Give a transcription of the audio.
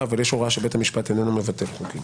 אבל יש הוראה שבית המשפט איננו מבטל חוקים.